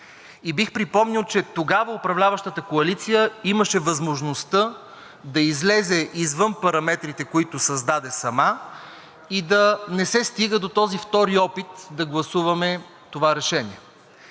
Бих припомнил, че тогава управляващата коалиция имаше възможността да излезе извън параметрите, които създаде сама, и да не се стига до този втори опит да гласуваме това решение.